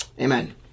Amen